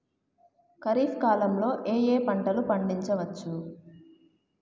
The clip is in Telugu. ఖరీఫ్ కాలంలో ఏ ఏ పంటలు పండించచ్చు?